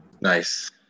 Nice